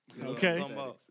Okay